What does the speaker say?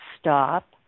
Stop